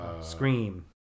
Scream